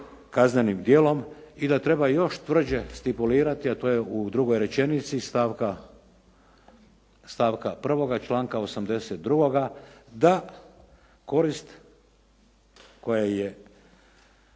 kaznenim djelom i da treba još tvrđe stipulirati a to je u drugoj rečenici stavka 1. članka 82. da korist koja je